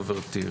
חברתי,